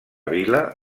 vila